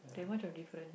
that much of different